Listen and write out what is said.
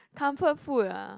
comfort food ah